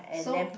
so